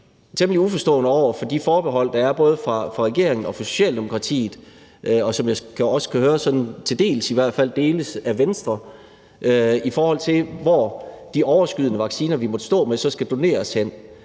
temmelig uforstående over for de forbehold, der er fra regeringen og Socialdemokratiets side, og som jeg også kan høre sådan til dels i hvert fald deles af Venstre, i forhold til hvor de overskydende vacciner, vi måtte stå med, så skal doneres til.